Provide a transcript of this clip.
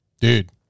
Dude